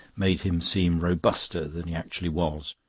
made him seem robuster than he actually was.